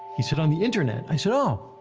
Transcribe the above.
he said, on the internet. i said, oh.